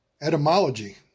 Etymology